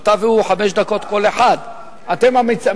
אתה והוא חמש דקות כל אחד, אתה מיוחס.